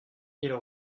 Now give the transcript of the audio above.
ils